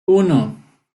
uno